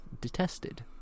detested